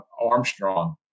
Armstrong